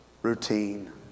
Routine